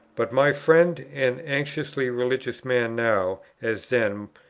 but my friend, an anxiously religious man, now, as then,